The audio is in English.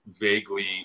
vaguely